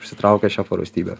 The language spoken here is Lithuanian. užsitraukia šefo rūstybę